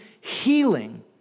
healing